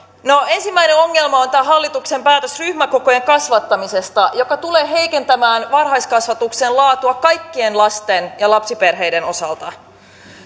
no ensimmäinen ongelma on tämä hallituksen päätös ryhmäkokojen kasvattamisesta joka tulee heikentämään varhaiskasvatuksen laatua kaikkien lasten ja lapsiperheiden osalta